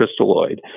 crystalloid